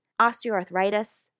osteoarthritis